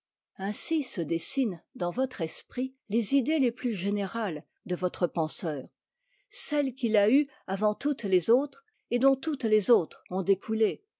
ainsi se dessinent dans votre esprit les idées les plus générales de votre penseur celles qu'il a eues avant toutes les autres et dont toutes les autres ont découlé